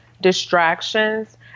distractions